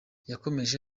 yakomeje